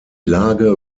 lage